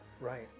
right